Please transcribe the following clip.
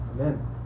Amen